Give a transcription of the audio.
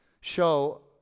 show